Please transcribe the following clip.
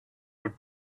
would